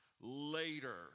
later